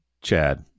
Chad